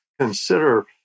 consider